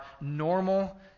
normal